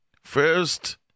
First